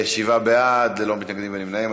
שבעה בעד, ללא מתנגדים ונמנעים.